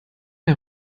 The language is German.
der